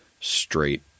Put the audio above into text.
straight